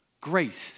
grace